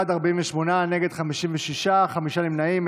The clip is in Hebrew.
47, נגד, 56, חמישה נמנעים.